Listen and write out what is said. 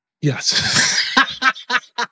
Yes